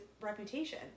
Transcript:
Reputation